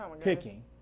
picking